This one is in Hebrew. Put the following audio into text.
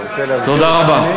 תודה רבה.